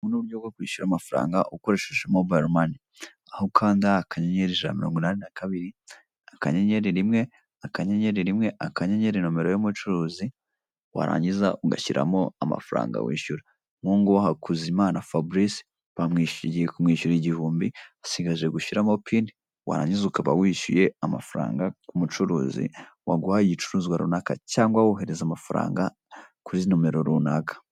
ubu ni uburyo bwo kwishyura amafaranga ukoresheje mobile money aho ukanda akanyenyeri ijana na mirongo inani na kabiri akanyenyeri rimwe akanyenyeri rimwe akanyenyeri nimero y'umucuruzi warangiza ugashyiramo amafaranga wishyura. Mungu Hakuzimana Fabrice bagiye kumwishyura igihumbi hasigaje gushyiramo pin warangiza ukaba wishyuye amafaranga umucuruzi waguhaye igicuruzwa runaka cyangwa wohereza amafaranga kuri nimero runaka.